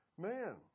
man